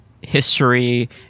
history